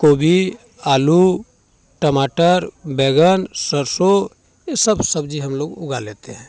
गोभी आलू टमाटर बैगन सरसों ये सब सब्जी हम लोग उगा लेते हैं